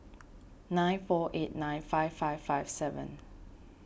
nine four eight nine five five five seven